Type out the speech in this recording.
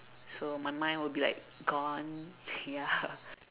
so my mind will be like gone ya